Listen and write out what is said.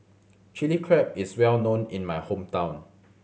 Chili Crab is well known in my hometown